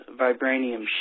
vibranium